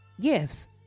gifts